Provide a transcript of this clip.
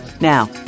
Now